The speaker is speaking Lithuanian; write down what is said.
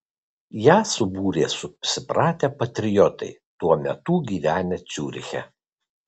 ją subūrė susipratę patriotai tuo metu gyvenę ciuriche